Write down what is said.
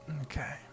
Okay